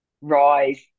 rise